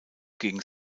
gegen